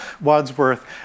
Wadsworth